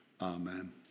Amen